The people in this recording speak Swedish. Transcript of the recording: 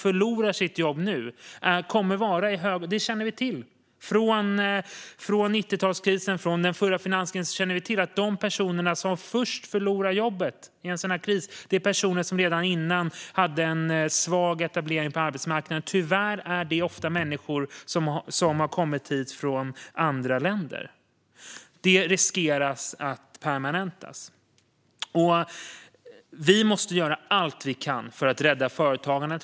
Från 90-talskrisen och den förra finanskrisen känner vi till att de personer som först förlorar jobbet i en sådan här kris är personer som redan tidigare hade en svag etablering på arbetsmarknaden. Tyvärr är det ofta människor som har kommit hit från andra länder. Detta riskerar att permanentas. Vi måste göra allt vi kan för att rädda företagandet.